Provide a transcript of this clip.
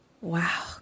wow